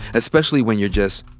especially when you're just,